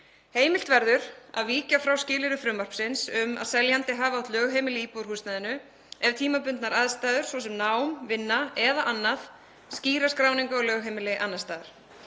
Heimilt verður að víkja frá skilyrði frumvarpsins um að seljandi hafi átt lögheimili í íbúðarhúsnæðinu ef tímabundnar aðstæður, svo sem nám, vinna eða annað, skýra skráningu á lögheimili annars staðar.